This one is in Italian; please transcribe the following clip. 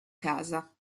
casa